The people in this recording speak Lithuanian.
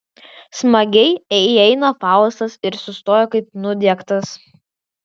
smagiai įeina faustas ir sustoja kaip nudiegtas